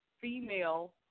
female